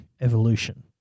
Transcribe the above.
evolution